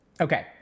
okay